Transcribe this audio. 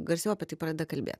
garsiau apie tai pradeda kalbėt